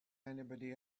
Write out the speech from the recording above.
anybody